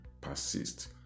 persist